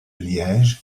liège